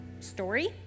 story